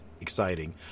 exciting